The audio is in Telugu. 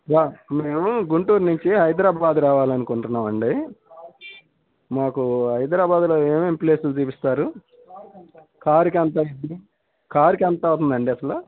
మేము గుంటూరు నుంచి హైదరాబాద్ రావాలనుకుంటున్నామండి మాకు హైదరాబాదులో ఏమేం ప్లేసులు చూపిస్తారు కార్కి ఎంత కార్కి ఎంత అవుతుందండి అసలు